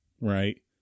right